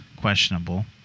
questionable